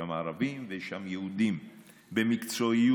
יש שם ערבים ויש שם יהודים, במקצועיות.